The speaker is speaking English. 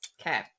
Okay